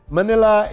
Manila